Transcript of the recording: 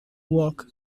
work